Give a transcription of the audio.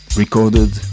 recorded